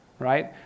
right